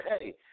hey